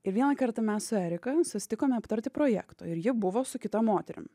ir vieną kartą mes su erika susitikome aptarti projekto ir ji buvo su kita moterim